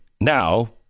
now